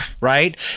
right